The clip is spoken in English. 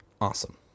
awesome